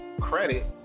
credit